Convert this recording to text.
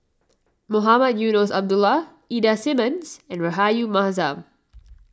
Mohamed Eunos Abdullah Ida Simmons and Rahayu Mahzam